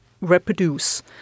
reproduce